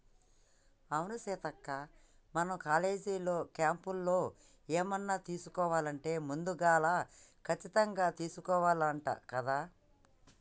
అవును సీతక్క మనం కాలేజీలో క్యాంటీన్లో ఏమన్నా తీసుకోవాలంటే ముందుగాల కచ్చితంగా తీసుకోవాల్నంట కదా